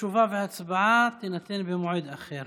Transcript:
תשובה והצבעה, במועד אחר.